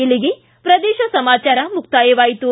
ಇಲ್ಲಿಗೆ ಪ್ರದೇಶ ಸಮಾಚಾರ ಮುಕ್ತಾಯವಾಯಿತು